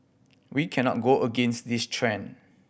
we cannot go against this trend